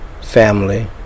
family